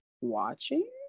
watching